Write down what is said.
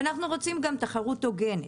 אנחנו רוצים גם תחרות הוגנת.